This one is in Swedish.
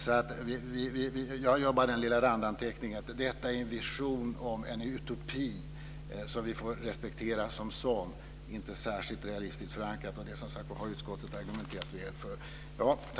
Detta är en vision, en utopi. Vi får respektera den som sådan. Den är inte särskilt realistiskt förankrad. Utskottet har argumenterat väl för det.